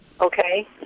Okay